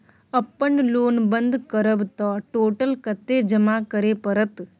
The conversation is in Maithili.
अपन लोन बंद करब त टोटल कत्ते जमा करे परत?